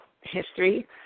history